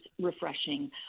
refreshing